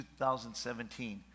2017